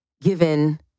given